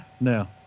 No